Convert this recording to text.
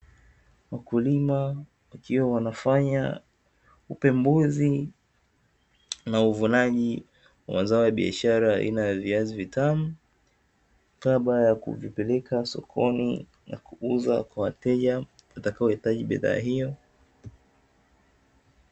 Wakulima wakiwa wanafanya upembuzi na uvunaji mazao ya biashara aina ya viazi vitamu, kabla ya kuvipeleka sokoni na kuuza kwa wateja watakaohitaji bidhaa hiyo.